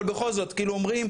אבל בכל זאת אומרים,